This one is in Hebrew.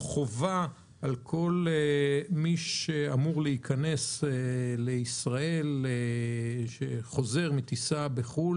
חובה על כל מי שאמור להיכנס לישראל שחוזר מטיסה בחו"ל,